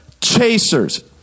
chasers